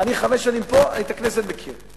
אני חמש שנים פה, את הכנסת אני מכיר.